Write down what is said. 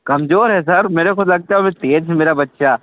कमज़ोर है सर मेरे को लगता है तेज़ है मेरा बच्चा